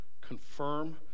confirm